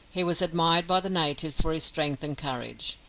he was admired by the natives for his strength and courage.